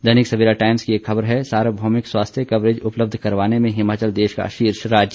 दैनिक Savera Times की एक खबर है सार्वभौमिक स्वास्थ्य कवरेज उपलब्ध करवाने में हिमाचल देश का शीर्ष राज्य